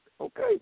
Okay